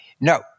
No